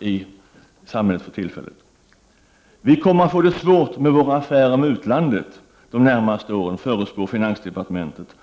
i samhället för tillfället. Vi kommer att få det svårt med våra affärer med utlandet de närmaste åren, förutspår finansdepartementet.